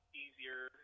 easier